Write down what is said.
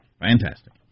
Fantastic